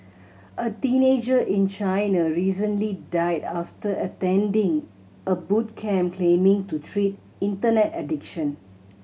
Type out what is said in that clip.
a teenager in China recently died after attending a boot camp claiming to treat Internet addiction